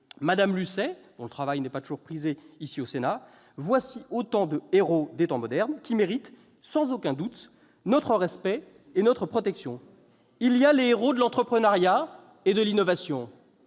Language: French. Mme Lucet- dont le travail n'est pas toujours prisé ici, au Sénat -sont autant de héros des temps modernes qui méritent sans aucun doute notre respect et notre protection. Il y a les héros de l'entrepreneuriat et de l'innovation